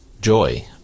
joy